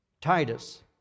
Titus